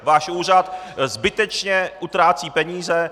Váš úřad zbytečně utrácí peníze.